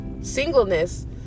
singleness